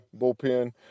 bullpen